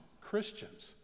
Christians